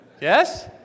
Yes